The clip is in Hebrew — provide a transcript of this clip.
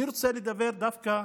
אני רוצה לדבר דווקא